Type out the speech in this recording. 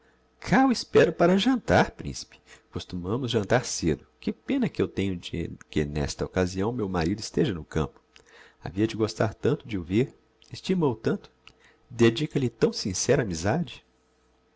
cá o espero para jantar principe costumamos jantar cedo que pena que eu tenho de que n'esta occasião meu marido esteja no campo havia de gostar tanto de o ver estima o tanto dedica lhe tão sincera amizade